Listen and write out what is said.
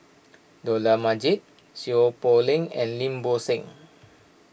Dollah Majid Seow Poh Leng and Lim Bo Seng